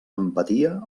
empatia